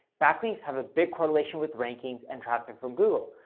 back links have a big correlation with rankings and traffic from google.